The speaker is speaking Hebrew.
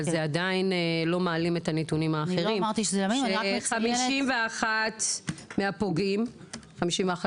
אבל זה עדיין לא מעלים את הנתונים האחרים ש-51% מהפוגעים הם